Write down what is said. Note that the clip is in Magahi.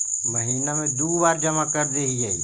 महिना मे दु बार जमा करदेहिय?